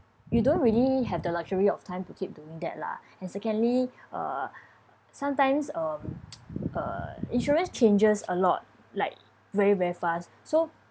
you don't really have the luxury of time to keep doing that lah and secondly uh sometimes um uh insurance changes a lot like very very fast so